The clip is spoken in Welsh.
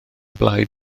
blaid